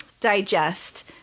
digest